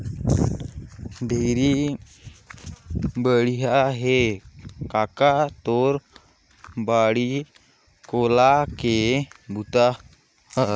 ढेरे बड़िया हे कका तोर बाड़ी कोला के बूता हर